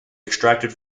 extracted